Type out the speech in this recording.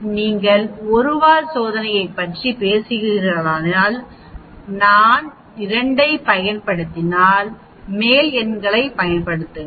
நீங்கள் 1 வால் சோதனையைப் பற்றி பேசுகிறீர்களானால் நான் 2 ஐப் பயன்படுத்தினால் மேல் எண்களைப் பயன்படுத்துங்கள்